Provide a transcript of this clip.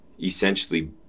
essentially